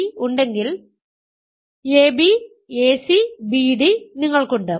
d ഉണ്ടെങ്കിൽ ab ac bd നിങ്ങൾക്കുണ്ട്